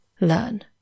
learn